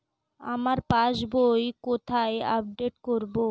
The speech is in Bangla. আমার পাস বই কোথায় আপডেট করব?